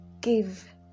give